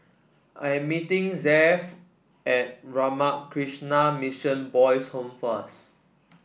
I am meeting Zaire at Ramakrishna Mission Boys' Home first